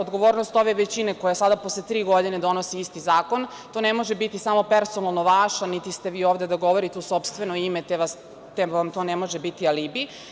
Odgovornost ove većine koja sada posle tri godine donosi isti zakon i to ne može biti samo personalno vaša, jer niti ste vi ovde da govorite u sopstveno ime, te vam to ne može biti alibi.